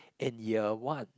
and you're one